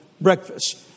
breakfast